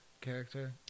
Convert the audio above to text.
character